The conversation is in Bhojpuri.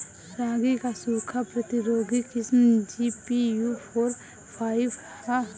रागी क सूखा प्रतिरोधी किस्म जी.पी.यू फोर फाइव ह?